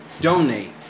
donate